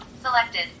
Selected